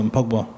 Pogba